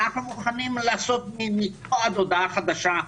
אנחנו מוכנים לעשות מפה עד הודעה חדשה,